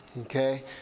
okay